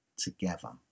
together